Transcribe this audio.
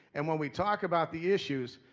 and when we talk about the issues,